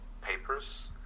papers